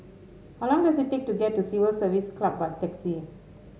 how long does it take to get to Civil Service Club by taxi